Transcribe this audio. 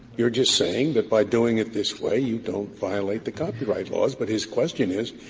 you're just saying that by doing it this way you don't violate the copyright laws. but his question is,